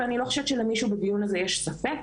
ואני לא חושבת שלמישהו בדיון הזה יש ספק,